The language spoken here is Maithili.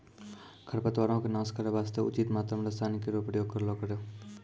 खरपतवारो क नाश करै वास्ते उचित मात्रा म रसायन केरो प्रयोग करलो करो